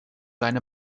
eine